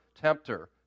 tempter